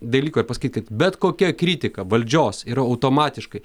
dalyko ir pasakyt kad bet kokia kritika valdžios yra automatiškai